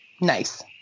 Nice